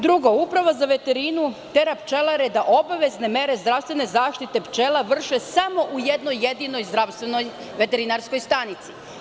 Drugo, Uprava za veterinu tera pčelare da obavezne mere zdravstvene zaštite pčela vrše samo u jednoj jedinoj zdravstvenoj veterinarskoj stanici.